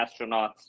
astronauts